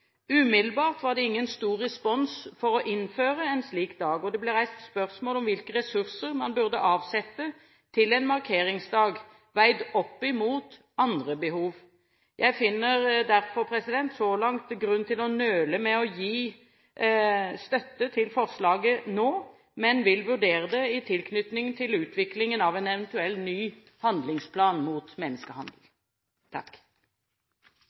Umiddelbart var det ingen stor respons for å innføre en slik dag. Det ble reist spørsmål om hvilke ressurser man burde avsette til en markeringsdag, veid opp mot andre behov. Jeg finner derfor så langt grunn til å nøle med å gi støtte til forslaget nå, men vil vurdere det i tilknytning til utviklingen av en eventuell ny handlingsplan mot menneskehandel.